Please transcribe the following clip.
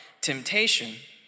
temptation